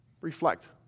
reflect